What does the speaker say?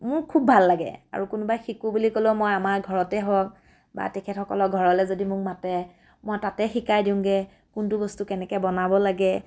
মোৰ খুব ভাল লাগে আৰু কোনোবাই শিকো বুলি ক'লেও আমাৰ ঘৰতে হওক বা তেখেতসকলৰ ঘৰলৈ যদি মোক মাতে মই তাতে শিকাই দিওঁগৈ কোনটো বস্তু কেনেকৈ বনাব লাগে